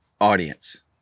Audience